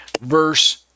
Verse